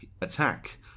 attack